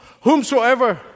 whomsoever